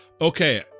okay